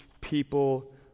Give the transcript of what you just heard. people